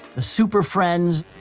the super friends.